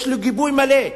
יש לו גיבוי מלא.